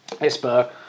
Esper